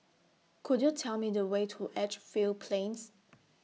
Could YOU Tell Me The Way to Edgefield Plains